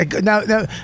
Now